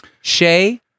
Shay